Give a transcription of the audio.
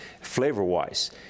flavor-wise